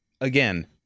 Again